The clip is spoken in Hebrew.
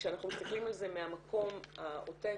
כשאנחנו מסתכלים על זה מהמקום העוטף,